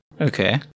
Okay